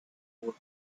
wood